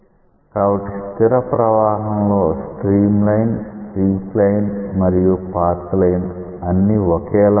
కాబట్టి స్థిర ప్రవాహం లో స్ట్రీమ్ లైన్ స్ట్రీక్ లైన్ మరియు పాత్ లైన్ అన్ని ఒకే లా ఉంటాయి